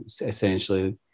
essentially